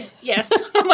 Yes